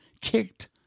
kicked